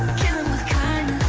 kill em with kindness